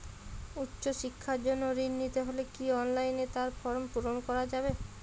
উচ্চশিক্ষার জন্য ঋণ নিতে হলে কি অনলাইনে তার ফর্ম পূরণ করা যাবে?